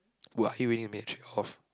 !wah! here we need to make trade off